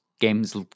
games